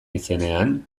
izenean